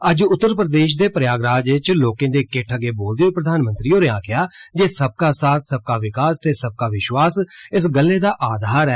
अज्ज उत्तर प्रदेश दे प्रयागराज इच लोकें दे किट्ठ अग्गै बोलदे होई प्रधानमंत्री होरें आक्खेआ जे 'सबका साथ सबका विकास ते सब का विश्वास' इस गल्लै दा आधार ऐ